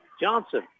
Johnson